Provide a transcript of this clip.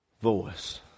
voice